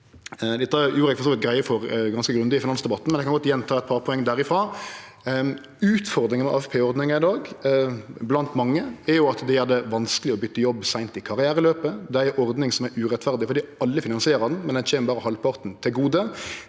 vidt greie for ganske grundig i finansdebatten, men eg kan godt gjenta eit par poeng derifrå: Utfordringa med AFP-ordninga i dag, blant mange, er at ho gjer det vanskeleg å bytte jobb seint i karriereløpet. Det er ei ordning som er urettferdig fordi alle finansierer ho, men ho kjem berre halvparten til gode.